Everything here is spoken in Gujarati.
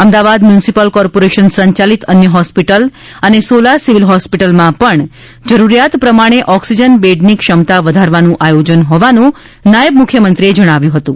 અમદાવાદ મ્યુનિસિપિલ કોર્પોરેશન સંયાલિત અન્ય હોંસ્પિટલ અને સોલો સિવિલ હોસ્પિટલમાં પણ જરૂરીયાત પ્રમાણે ઑક્સિજન બેડની ક્ષમતા વધારવાનું આયોજન હોવાનું નાયબ મુખ્યમંત્રીએ જણાવ્યું હતું